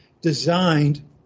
designed